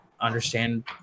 understand